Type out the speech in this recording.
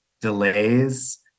delays